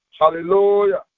Hallelujah